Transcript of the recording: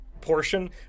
portion